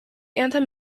anthem